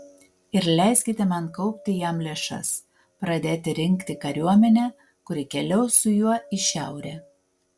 ir leiskite man kaupti jam lėšas pradėti rinkti kariuomenę kuri keliaus su juo į šiaurę